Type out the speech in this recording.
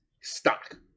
stock